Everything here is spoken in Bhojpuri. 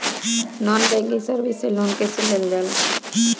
नॉन बैंकिंग सर्विस से लोन कैसे लेल जा ले?